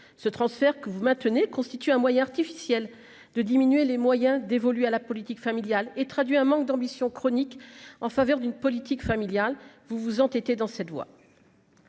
ce transfert que vous maintenez constitue un moyen artificiel de diminuer les moyens dévolus à la politique familiale et traduit un manque d'ambition chronique en faveur d'une politique familiale, vous vous en été dans cette voie.